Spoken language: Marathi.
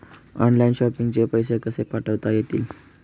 ऑनलाइन शॉपिंग चे पैसे कसे पाठवता येतील?